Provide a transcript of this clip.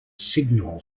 signal